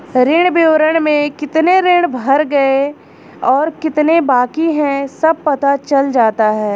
ऋण विवरण में कितने ऋण भर गए और कितने बाकि है सब पता चल जाता है